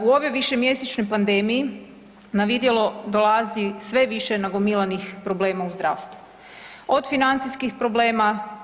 U ovoj višemjesečnoj pandemiji na vidjelo dolazi sve više nagomilanih problema u zdravstvu od financijskih problema.